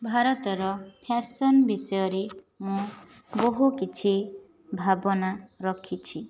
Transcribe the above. ଭାରତର ଫ୍ୟାସନ ବିଷୟରେ ମୁଁ ବହୁ କିଛି ଭାବନା ରଖିଛି